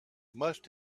must